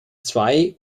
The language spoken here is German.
zwei